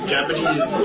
Japanese